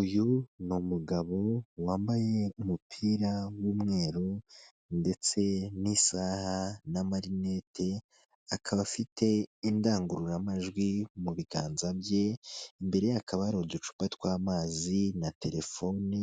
Uyu ni umugabo wambaye umupira w'umweru, ndetse n'isaha n'amarinete, akaba afite indangururamajwi mu biganza bye, imbere y'akaba hari uducupa tw'amazi na terefone